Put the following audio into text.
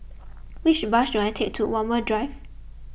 which bus should I take to Walmer Drive